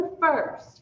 first